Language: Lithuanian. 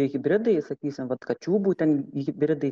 hibridai sakysim vat kačių būtent hibridai